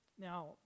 Now